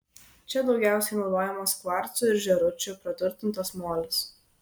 čia daugiausiai naudojamas kvarcu ir žėručiu praturtintas molis